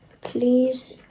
please